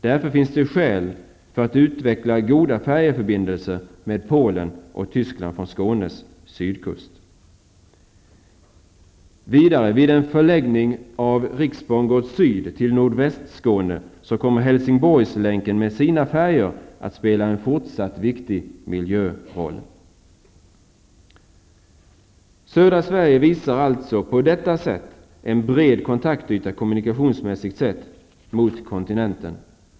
Därför finns det skäl för att utveckla goda färjeförbindelser med Polen och Helsingborgslänken med sina färjor att spela en fortsatt viktig miljöroll. Södra Sverige visar alltså på detta sätt en bred kontaktyta, kommunikationsmässigt sett, mot kontinenten.